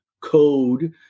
code